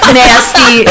nasty